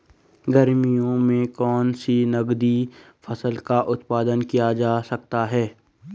गर्मियों में कौन सी नगदी फसल का उत्पादन किया जा सकता है?